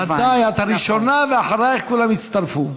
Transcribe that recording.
ודאי, את הראשונה, ואחרייך כולם יצטרפו.